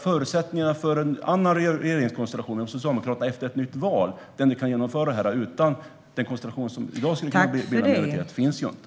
Förutsättningarna för Socialdemokraterna att genomföra detta efter ett val och utan den konstellation som i dag skulle bilda en majoritet finns ju inte.